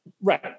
Right